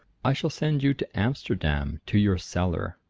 i shall send you to amsterdam, to your cellar.